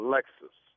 Lexus